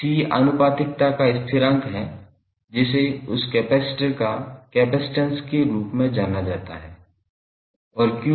C आनुपातिकता का स्थिरांक है जिसे उस कपैसिटर का कपसिटंस के रूप में जाना जाता है और 𝑞𝐶𝑣